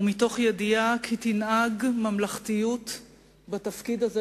ומתוך ידיעה כי תנהג ממלכתיות בתפקיד הזה,